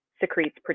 secretes